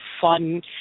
fun